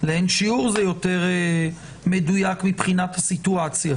לאין שיעור זה יותר מדויק מבחינת הסיטואציה.